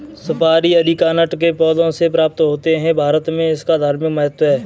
सुपारी अरीकानट के पौधों से प्राप्त होते हैं भारत में इसका धार्मिक महत्व है